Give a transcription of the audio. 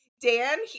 Dan